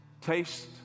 Taste